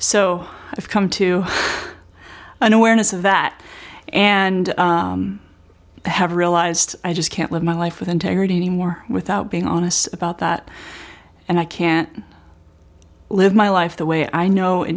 so i've come to an awareness of that and have realized i just can't live my life with integrity anymore without being honest about that and i can't live my life the way i know it